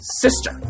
sister